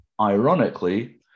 Ironically